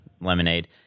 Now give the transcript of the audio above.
lemonade